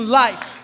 life